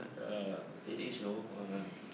ya same age know !walao!